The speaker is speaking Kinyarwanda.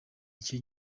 icyo